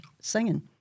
singing